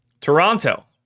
Toronto